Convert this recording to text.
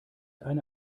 eine